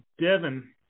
Devin